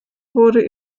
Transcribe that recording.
wurde